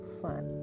fun